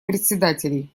председателей